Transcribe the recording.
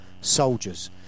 soldiers